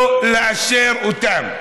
לא לאשר אותן.